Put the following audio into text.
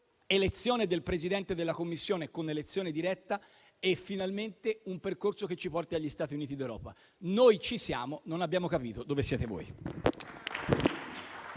l'elezione del Presidente della Commissione con elezione diretta e finalmente un percorso che ci porti agli Stati Uniti d'Europa. Noi ci siamo, non abbiamo capito dove siete voi.